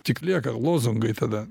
tik lieka lozungai tada